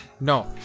No